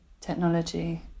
technology